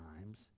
times